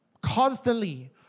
constantly